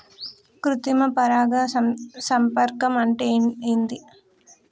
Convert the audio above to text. కృత్రిమ పరాగ సంపర్కం అంటే ఏంది?